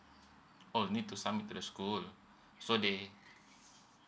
oh need to submit to the school so they